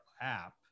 app